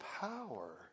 power